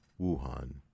Wuhan